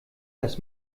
das